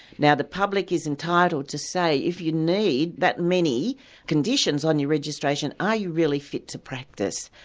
now the public is entitled to say if you need that many conditions on your registration, are you really fit to practise?